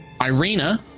Irina